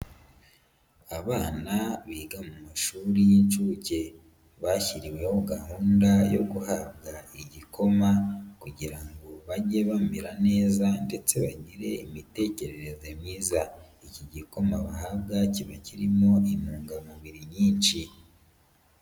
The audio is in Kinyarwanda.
Abana biga mu mashuri y'inshuke. Bashyiriweho gahunda yo guhabwa igikoma kugira ngo bajye bamera neza ndetse bagire imitekerereze myiza. Iki gikoma bahabwa kiba kirimo intungamubiri nyinshi.